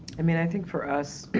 i mean, i think for us